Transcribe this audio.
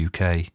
UK